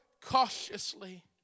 cautiously